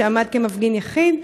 שעמד כמפגין יחיד,